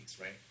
right